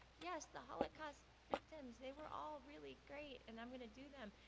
yes, the holocaust victims, they were all really great. and i'm gonna do them.